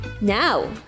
Now